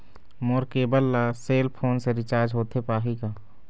मोर cable ला cell phone से recharge होथे पाही का?